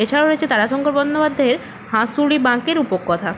এছাড়াও রয়েছে তারাশঙ্কর বন্দ্যোপাধ্যায়ের হাঁসুলী বাঁকের উপকথা